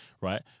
right